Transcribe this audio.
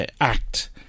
act